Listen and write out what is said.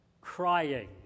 crying